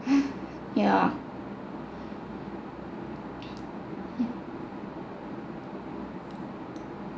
uh yeah